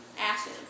ashes